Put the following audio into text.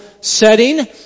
setting